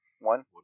One